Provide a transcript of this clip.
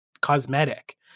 cosmetic